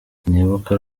sinibuka